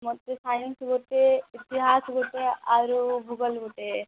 ମୋତେ ସାଇନ୍ସ ଗୋଟିଏ ଇତିହାସ ଗୋଟିଏ ଆରୁ ଭୁଗୋଳ ଗୋଟିଏ